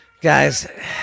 guys